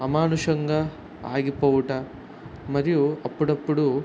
అమానుషంగా ఆగిపోవుట మరియు అప్పుడప్పుడు